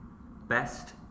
Best